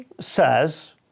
says